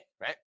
Right